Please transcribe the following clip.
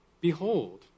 behold